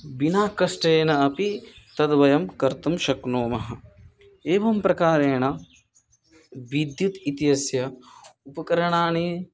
विना कष्टेनापि तद् वयं कर्तुं शक्नुमः एवं प्रकारेण विद्युत् इत्यस्य उपकरणानि